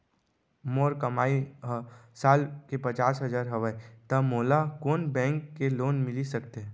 मोर कमाई ह साल के पचास हजार हवय त मोला कोन बैंक के लोन मिलिस सकथे?